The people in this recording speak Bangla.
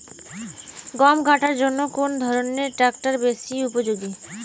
গম কাটার জন্য কোন ধরণের ট্রাক্টর বেশি উপযোগী?